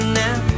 now